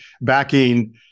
backing